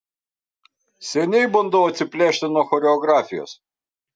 seniai bandau atsiplėšti nuo choreografijos